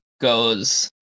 goes